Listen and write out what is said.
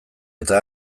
eta